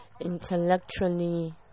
intellectually